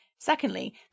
Secondly